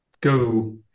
Go